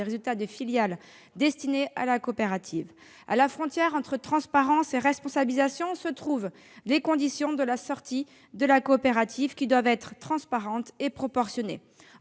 résultats des filiales destinée à la coopérative. À la frontière entre transparence et responsabilisation se trouvent les conditions de la sortie de la coopérative, qui doivent être transparentes et proportionnées.